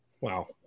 Wow